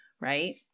right